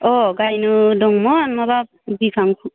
अ गायनो दंमोन माबा बिफां